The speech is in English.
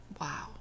Wow